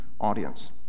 audience